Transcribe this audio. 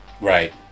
Right